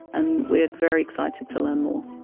and we are very excited to learn more.